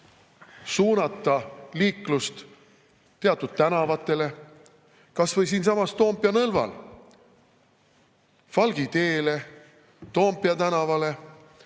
suunata liiklus teatud tänavatele, kas või siinsamas Toompea nõlval Falgi teele, Toompea tänavale,